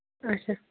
اچھا